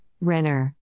Renner